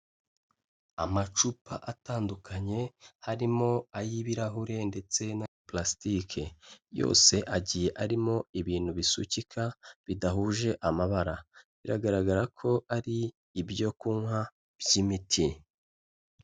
Amacupa atandukanye harimo ay'ibirahure ndetse na purasitike. Yose agiye arimo ibintu bisukika bidahuje amabara. Biragaragara ko ari ibyo kunywa by'imiti.